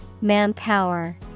Manpower